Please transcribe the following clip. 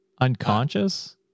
Unconscious